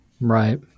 right